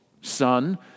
son